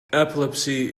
epilepsy